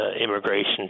immigration